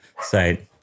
site